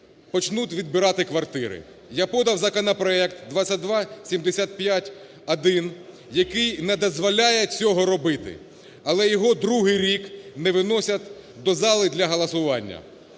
почнуть відбирати квартири. Я подав законопроект 2275-1, який не дозволяє цього робити. Але його другий рік не виносять до зали для голосування.